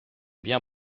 bien